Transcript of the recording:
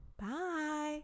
bye